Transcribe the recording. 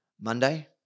Monday